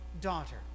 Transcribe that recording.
daughter